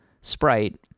Sprite